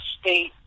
state